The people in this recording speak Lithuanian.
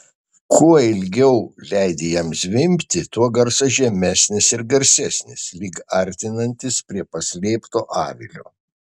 kuo ilgiau leidi jam zvimbti tuo garsas žemesnis ir garsesnis lyg artinantis prie paslėpto avilio